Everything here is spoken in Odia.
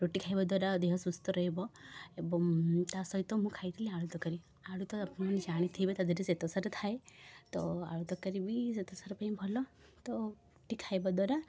ରୁଟି ଖାଇବାଦ୍ୱାରା ଦେହ ସୁସ୍ଥ ରହିବ ଏବଂ ତା' ସହିତ ମୁଁ ଖାଇଥିଲି ଆଳୁ ତରକାରୀ ଆଳୁ ତ ଆପଣ ଜାଣିଥିବେ ତା' ଦେହରେ ଶ୍ୱେତସାର ଥାଏ ତ ଆଳୁ ତରକାରୀ ବି ଶ୍ୱେତସାରପାଇଁ ଭଲ ତ ରୁଟି ଖାଇବାଦ୍ୱାରା